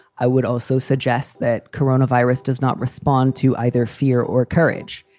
i would also suggest that coronavirus does not respond to either fear or courage.